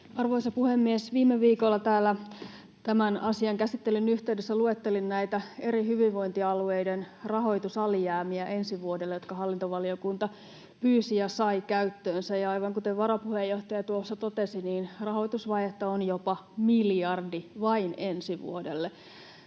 Arvoisa puhemies! Viime viikolla täällä tämän asian käsittelyn yhteydessä luettelin näitä eri hyvinvointialueiden rahoitusalijäämiä ensi vuodelle, joista hallintovaliokunta pyysi ja sai käyttöönsä tiedot, ja aivan kuten varapuheenjohtaja tuossa totesi, niin rahoitusvajetta on jopa miljardi — vain ensi vuodelle.